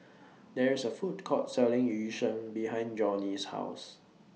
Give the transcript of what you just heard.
There IS A Food Court Selling Yu Sheng behind Johney's House